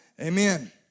Amen